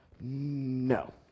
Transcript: No